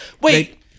wait